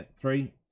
Three